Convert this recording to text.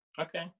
Okay